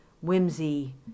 whimsy